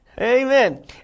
Amen